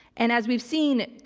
and as we've seen,